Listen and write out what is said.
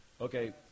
okay